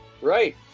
right